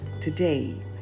today